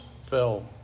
fell